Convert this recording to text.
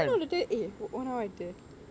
eh you know eh one hour ஆயிட்டு:aayittu